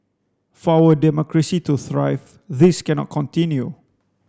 for our democracy to thrive this cannot continue